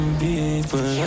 people